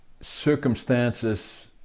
circumstances